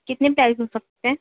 کتنے ٹائپ میں ہو سکتے